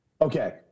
Okay